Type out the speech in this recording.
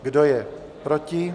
Kdo je proti?